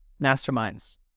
masterminds